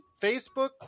Facebook